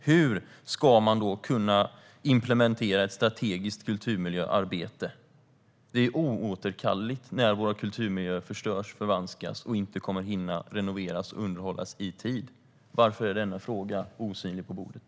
Hur ska man kunna implementera ett strategiskt kulturmiljöarbete? Det är oåterkalleligt när våra kulturmiljöer förstörs, förvanskas och inte kommer att hinna renoveras och underhållas i tid. Varför är denna fråga osynlig på bordet?